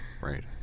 right